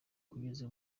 kugeza